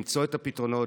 למצוא את הפתרונות,